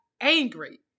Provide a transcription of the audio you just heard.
angry